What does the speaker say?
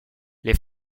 les